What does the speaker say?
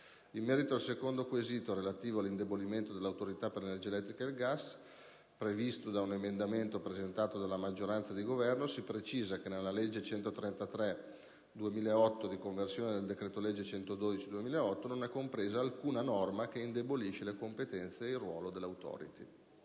In merito al secondo quesito, relativo all'indebolimento dell'Autorità per l'energia elettrica e il gas, previsto da un emendamento presentato dalla maggioranza di Governo, si precisa che nella legge n. 133 del 2008, di conversione del decreto-legge n. 112 del 2008, non è compresa alcuna norma che indebolisce le competenze e il ruolo dell'AEEG.